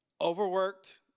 Overworked